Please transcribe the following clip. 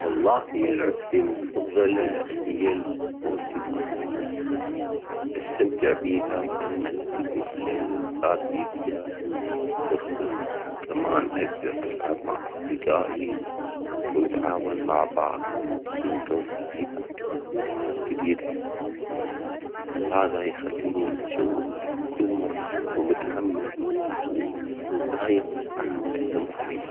و الله لعبتي المفظلة هي الفورتي نايت، أستمتع بها لأنها تجمع بين الاستراتيجية والسرعة، كمان أقدر ألعب مع أصدجائي ونتعاون مع بعض، كل جولة فيها تحديات جديدة وهذا يخليني متشوق كل مرة ومتحمس ودايم أحب أستمر بيها.